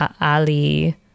Ali